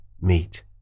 meet